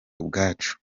ubwacu